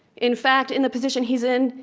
in fact, in the position he's in,